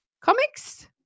Comics